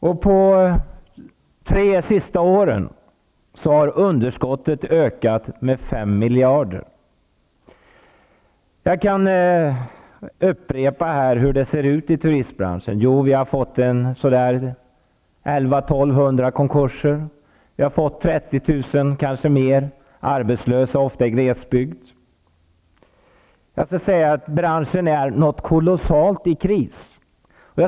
Under de tre senaste åren har underskottet ökat med 5 miljarder. Jag kan upprepa hur det ser ut i turistbranschen. Där har varit 1 100--1 200 konkurser och 30 000, kanske fler, har blivit arbetslösa, och det ofta i glesbygden. Branschen är kolossalt i kris.